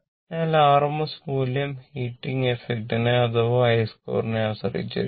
അതിനാൽ RMS മൂല്യം heating effect നെ അഥവാ i2 നെ ആശ്രയിച്ചിരിക്കുന്നു